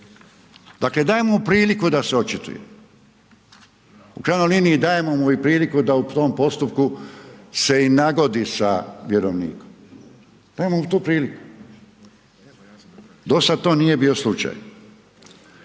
Dakle, daje mu priliku da se očituje. U krajnjoj liniji, dajemo mu i priliku da u tom postupku se i nagodi sa vjerovnikom. Daje mu tu priliku. Dosad to nije bio slučaj.